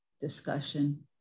discussion